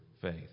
faith